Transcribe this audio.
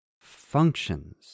functions